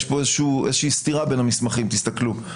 יש פה איזושהי סתירה בין המסמכים, תסתכלו.